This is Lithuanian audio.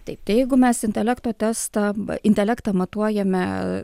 taip tai jeigu mes intelekto testą intelektą matuojame